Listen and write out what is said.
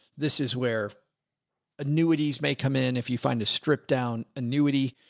this is where annuities may come in. if you find a strip down annuity,